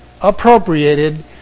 appropriated